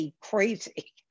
crazy